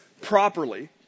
properly